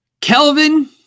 Kelvin